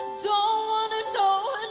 don't wanna know